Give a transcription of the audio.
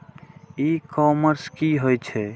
E commerce की होए छै?